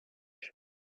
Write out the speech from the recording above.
sharp